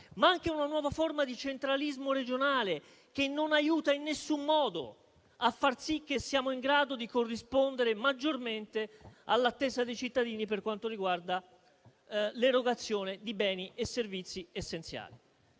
ma anche una nuova forma di centralismo regionale che non aiuta in nessun modo a far sì che siamo in grado di corrispondere maggiormente alle attese dei cittadini per quanto riguarda l'erogazione di beni e servizi essenziali.